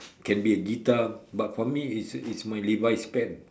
can be a guitar but for me it's a it's my Levi's pants